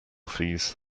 fees